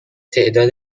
تعداد